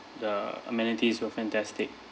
the amenities were fantastic